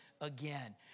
Again